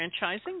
Franchising